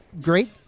Great